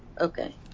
okay